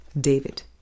David